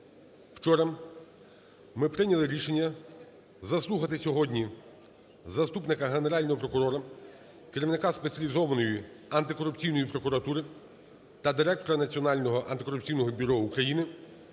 вчора ми прийняли рішення заслухати сьогодні заступника Генерального прокурора – керівника Спеціалізованої антикорупційної прокуратури та директора Національного антикорупційного бюро України